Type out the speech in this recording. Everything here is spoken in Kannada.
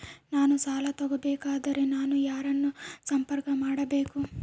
ನಾನು ಸಾಲ ತಗೋಬೇಕಾದರೆ ನಾನು ಯಾರನ್ನು ಸಂಪರ್ಕ ಮಾಡಬೇಕು?